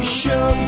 show